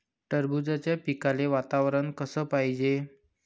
टरबूजाच्या पिकाले वातावरन कस पायजे?